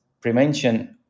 prevention